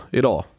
idag